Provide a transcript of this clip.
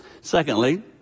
Secondly